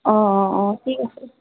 অঁ অঁ অঁ ঠিক আছে